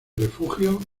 refugio